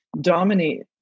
dominate